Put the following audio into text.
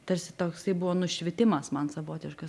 tarsi toksai buvo nušvitimas man savotiškas